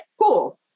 cool